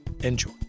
enjoy